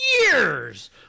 years